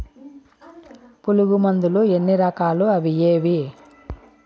పులుగు మందులు ఎన్ని రకాలు అవి ఏవి?